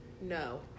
no